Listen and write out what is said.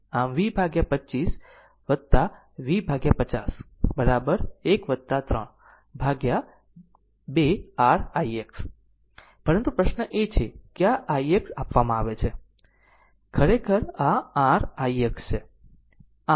આમ V 25 V 50 1 3 ભાગ્યા 2 r ix પરંતુ પ્રશ્ન એ છે કે આ ix આપવામાં આવે છે ખરેખર આ r ix છે